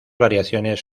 variaciones